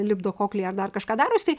lipdo koklį ar dar kažką daro jisai